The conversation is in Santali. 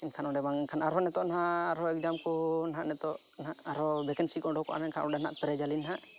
ᱮᱱᱠᱷᱟᱱ ᱚᱸᱰᱮ ᱵᱟᱝᱠᱷᱟᱱ ᱟᱨᱦᱚᱸ ᱱᱤᱛᱚᱜ ᱱᱟᱦᱟᱜ ᱟᱨᱦᱚᱸ ᱮᱠᱡᱟᱢᱠᱚ ᱱᱟᱦᱟᱜ ᱱᱤᱛᱚᱜ ᱱᱟᱦᱟᱜ ᱟᱨᱦᱚᱸ ᱵᱷᱮᱠᱮᱱᱥᱤᱠᱚ ᱚᱰᱳᱠᱚᱜᱼᱟ ᱚᱸᱰᱮ ᱱᱟᱦᱟᱜ ᱯᱮᱨᱮᱡᱟᱞᱤᱧ ᱱᱟᱦᱟᱜ